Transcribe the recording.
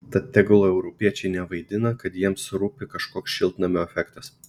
tad tegul europiečiai nevaidina kad jiems rūpi kažkoks šiltnamio efektas